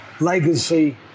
legacy